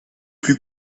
plus